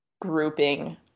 grouping